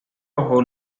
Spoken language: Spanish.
bajo